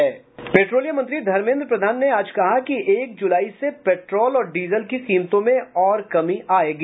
petroleum मंत्री धर्मेन्द्र प्रधान ने आज कहा कि एक जुलाई से पेट्रोल और डीजल की कीमतों में और कमी आयेगी